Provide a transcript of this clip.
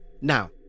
Now